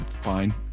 Fine